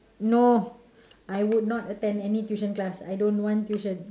no I would not attend any tuition class I don't want tuition